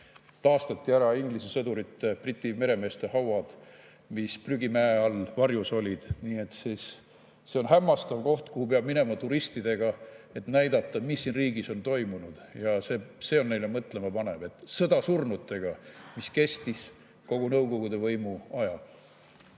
taastati Inglise sõdurite, Briti meremeeste hauad, mis prügimäe all varjus olid olnud. See on hämmastav koht, kuhu peab minema turistidega, et näidata, mis siin riigis on toimunud. See paneb neid mõtlema, see sõda surnutega, mis kestis kogu Nõukogude võimu aja.